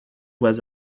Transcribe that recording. was